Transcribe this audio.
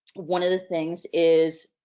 one of the things is,